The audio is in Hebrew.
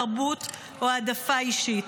תרבות או העדפה אישית.